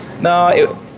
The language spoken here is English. No